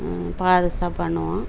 பாதுஷா பண்ணுவோம்